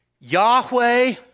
Yahweh